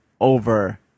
over